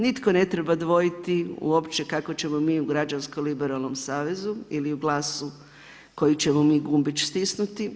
Nitko ne treba dvojiti uopće kako ćemo mi u Građansko-liberalnom savezu ili u GLAS-u, koji ćemo mi gumbić stisnuti.